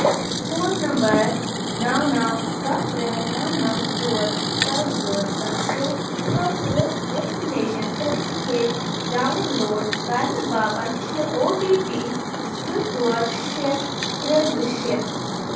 phone number نَو نَو سَتھ ترٛےٚ نَو نَو ژور صِفر زٕ سَتھ شیٚے خٲطرٕ ویکسِنیشن سٹفِکیٹ ڈاؤن لوڈ کرنہٕ باپتھ چھُ او ٹی پی زٕ ژور شیٚے ترٛےٚ زٕ شیٚے